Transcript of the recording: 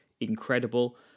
incredible